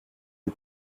les